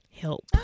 help